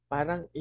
Parang